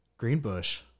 Greenbush